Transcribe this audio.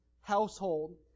household